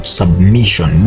submission